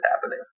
happening